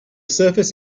surface